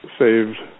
saved